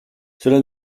cela